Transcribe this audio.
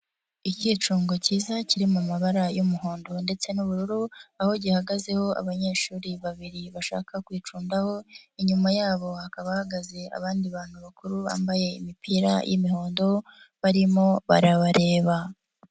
Ikicungo kiza kiri mu mabara y'umuhondo ndetse n'ubururu, aho gihagazeho abanyeshuri babiri bashaka kwicundaho, inyuma yabo haba hahagaze abandi bantu bakuru bambaye imipira y'imihondo, barimo barabareba.